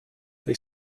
they